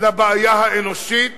לבעיה האנושית